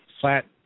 flat